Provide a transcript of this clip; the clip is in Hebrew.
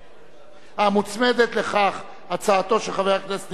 מוצמדת לכך הצעתו של חבר הכנסת ניצן הורוביץ,